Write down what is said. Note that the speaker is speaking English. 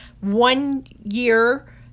one-year